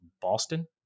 boston